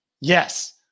Yes